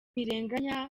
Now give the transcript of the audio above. ntirenganya